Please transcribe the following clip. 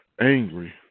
angry